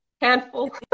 handful